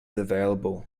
available